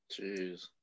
Jeez